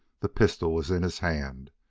the pistol was in his hand,